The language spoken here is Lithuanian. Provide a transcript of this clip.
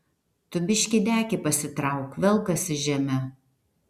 tu biškį dekį pasitrauk velkasi žeme